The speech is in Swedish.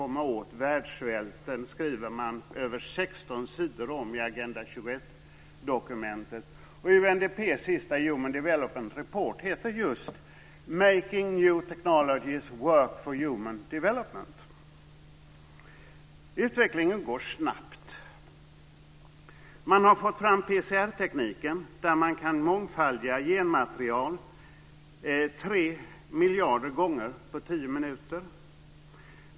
Man använder där över 16 sidor åt möjligheterna att komma åt världssvälten. UNDP:s senaste Human Development Report heter just Making New Technologies Work for Human Development. Utvecklingen går snabbt. Man har fått fram PCR tekniken, med vars hjälp man kan mångfaldiga genmaterial tre miljarder gånger på tio minuter.